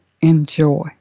enjoy